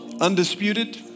undisputed